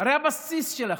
הרי הבסיס שלכם,